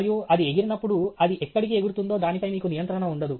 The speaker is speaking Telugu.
మరియు అది ఎగిరినప్పుడు అది ఎక్కడికి ఎగురుతుందో దానిపై మీకు నియంత్రణ ఉండదు